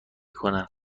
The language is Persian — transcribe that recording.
کنه